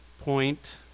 point